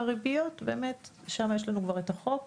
והריביות, שם יש לנו כבר את החוק,